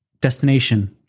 destination